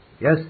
Yes